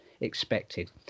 expected